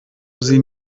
sie